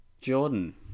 Jordan